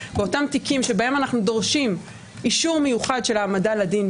באותם תיקים שבהם אנחנו דורשים אישור מיוחד של העמדה לדין,